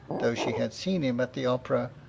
though she had seen him at the opera,